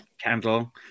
candle